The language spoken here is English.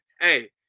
Hey